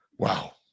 Wow